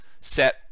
set